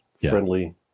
friendly